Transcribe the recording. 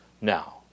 Now